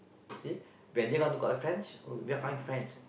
you see when they want to go out with friend we are going friends